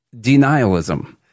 denialism